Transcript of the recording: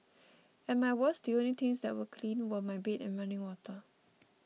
at my worst the only things that were clean were my bed and running water